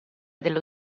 dello